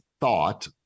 thought